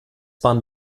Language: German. bahn